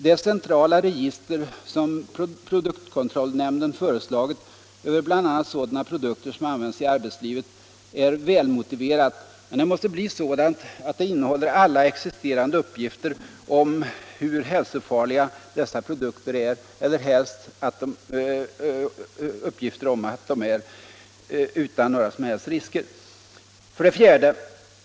Det centrala register som produktkontrollnämnden föreslagit över bl.a. sådana produkter som används i arbetslivet, är välmotiverat. Men det måste bli sådant att det innehåller alla existerande uppgifter om hur hälsofarliga dessa produkter är eller — där detta är möjligt — uppgifter om att det inte finns några som helst risker. 4.